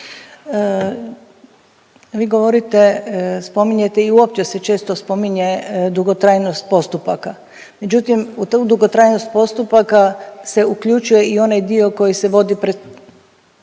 Vi govorite, spominjete i uopće se često spominje dugotrajnost postupaka. Međutim u tu dugotrajnost postupaka se uključuje i onaj dio koji se vodi pred,